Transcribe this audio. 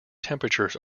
temperatures